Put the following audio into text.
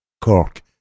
cork